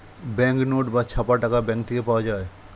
bank note বা ছাপা টাকা ব্যাঙ্ক থেকে পাওয়া যায়